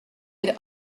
had